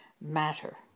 matter